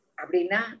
abrina